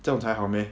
这样才好 meh